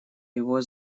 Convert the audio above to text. его